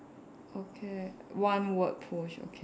okay one word push okay